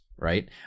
right